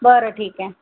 बरं ठीक आहे